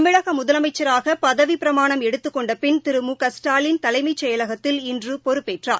தமிழக முதலமைச்சராக பதவிப்பிரமாணம் எடுத்துக்கொண்டபின் திரு மு க ஸ்டாலின் தலைமைச் செயலகத்தில் இன்று பொறுப்பேற்றார்